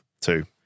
two